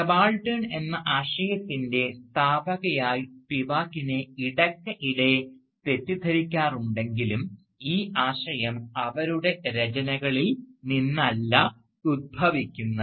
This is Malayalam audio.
സബാൾട്ടൻ എന്ന ആശയത്തിൻറെ സ്ഥാപകയായി സ്പിവാക്കിനെ ഇടയ്ക്കിടെ തെറ്റിദ്ധരിക്കാറുണ്ടെങ്കിലും ഈ ആശയം അവരുടെ രചനകളിൽ നിന്നല്ല ഉത്ഭവിക്കുന്നത്